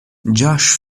josh